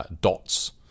dots